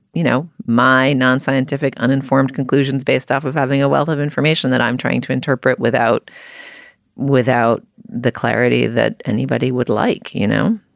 you know, my non-scientific, uninformed conclusions based off of having a wealth of information that i'm trying to interpret without without the clarity that anybody would like. you know?